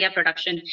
Production